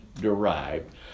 derived